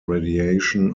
radiation